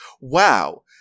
wow